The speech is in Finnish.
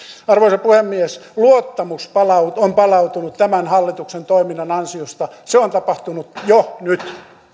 arvoisa puhemies luottamus on palautunut tämän hallituksen toiminnan ansiosta se on tapahtunut jo nyt